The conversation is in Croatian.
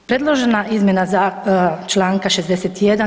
Predložena izmjena čl. 61.